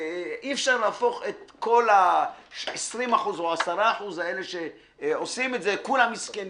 אי אפשר להפוך את כל ה-20% או 10% האלה שעושים את זה כולם מסכנים,